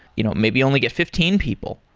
you know maybe only get fifteen people,